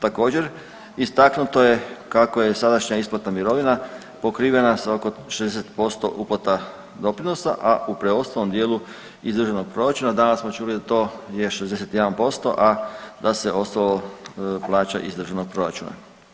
Također istaknuto je kako je sadašnja isplata mirovina pokrivena sa oko 60% uplata doprinosa, a u preostalom dijelu iz državnog proračuna, danas smo čuli da to je 61%, a da se ostalo plaća iz državnog proračuna.